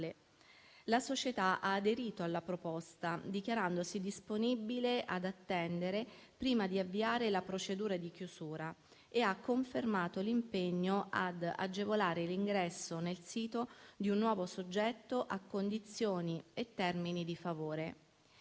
La società ha aderito alla proposta, dichiarandosi disponibile ad attendere prima di avviare la procedura di chiusura, e ha confermato l'impegno ad agevolare l'ingresso nel sito di un nuovo soggetto a condizioni e termini di favore.